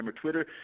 Twitter